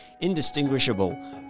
indistinguishable